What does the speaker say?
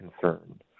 concern